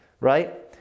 right